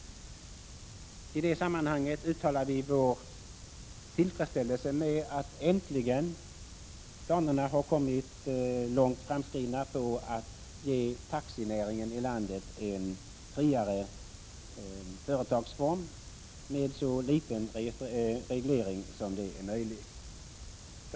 I det sammanhanget uttalar vi vår tillfredsställelse med att planerna äntligen är långt framskridna på att ge taxinäringen i landet en friare företagsform med så liten reglering som det är möjligt.